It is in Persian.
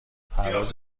پرواز